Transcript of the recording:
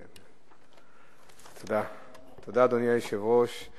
אדוני היושב-ראש,